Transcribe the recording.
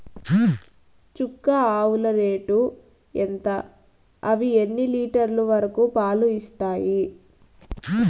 చుక్క ఆవుల రేటు ఎంత? అవి ఎన్ని లీటర్లు వరకు పాలు ఇస్తాయి?